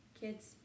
kids